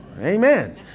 Amen